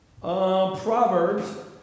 Proverbs